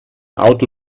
auto